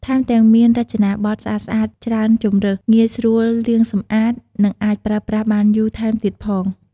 ថែមទាំងមានរចនាបថស្អាតៗ ច្រើនជម្រើស ងាយស្រួលលាងសម្អាត និងអាចប្រើប្រាស់បានយូរថែមទៀតផង។